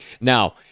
now